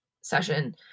session